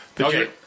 Okay